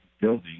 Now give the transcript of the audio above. building